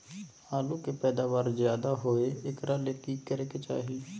आलु के पैदावार ज्यादा होय एकरा ले की करे के चाही?